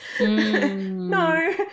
no